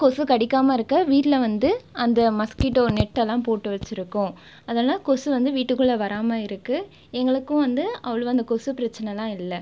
கொசு கடிக்காமல் இருக்க வீட்டில் வந்து அந்த மஸ்கிட்டோ நெட்டெல்லாம் போட்டு வச்சுருக்கோ அதனால் கொசு வந்து வீட்டுக்குள்ளே வராமல் இருக்கு எங்களுக்கும் வந்து அவ்ளோவாக இந்த கொசு பிரச்சனலாம் இல்லை